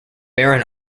baron